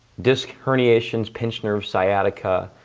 disc herniations, pinched nerve sciatica,